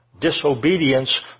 disobedience